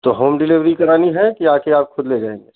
तो home delivery करानी है कि आकर आप खुद ले जाएँगे